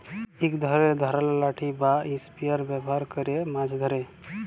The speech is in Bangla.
ইক ধরলের ধারালো লাঠি বা ইসপিয়ার ব্যাভার ক্যরে মাছ ধ্যরে